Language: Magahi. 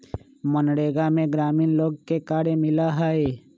मनरेगा में ग्रामीण लोग के कार्य मिला हई